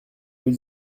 deux